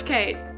Kate